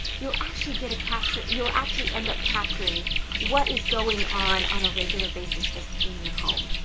you'll actually get a capture you'll actually end up capturing what is going on on a regular basis just in your home.